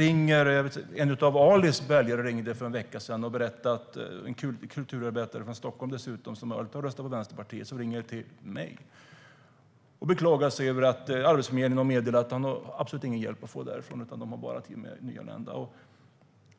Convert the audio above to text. En kulturarbetare från Stockholm - en av Ali Esbatis väljare som alltid har röstat på Vänsterpartiet - ringde till mig för en vecka sedan och beklagade sig över att Arbetsförmedlingen har meddelat att han absolut inte kan få någon hjälp därifrån. De har bara tid med nyanlända.